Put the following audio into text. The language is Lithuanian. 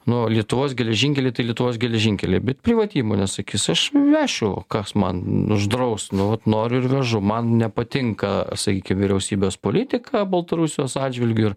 nu lietuvos geležinkeliai lietuvos geležinkeliai bet privati įmonė sakys aš vešiu kas man uždraus nu vat noriu ir vežu man nepatinka sakykim vyriausybės politika baltarusijos atžvilgiu ir